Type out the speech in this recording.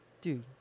dude